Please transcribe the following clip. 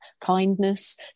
kindness